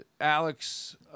Alex